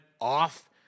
off